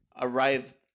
arrived